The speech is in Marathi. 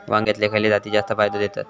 वांग्यातले खयले जाती जास्त फायदो देतत?